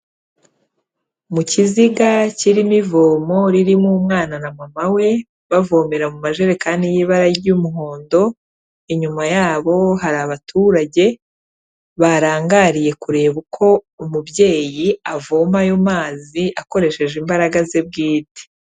Mu kiziga kirimo ivomo ririmo umwana na mama we bavomera mu majerekani y'ibara ry'umuhondo, inyuma yabo hari abaturage barangariye kureba uko umubyeyi avoma ayo mazi akoresheje imbaraga ze bwite.